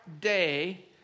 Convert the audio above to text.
day